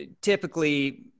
typically